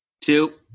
Two